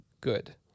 good